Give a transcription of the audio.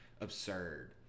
absurd